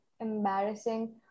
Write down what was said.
embarrassing